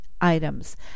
items